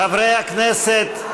חברי הכנסת,